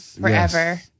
forever